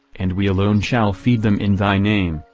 and we alone shall feed them in thy name,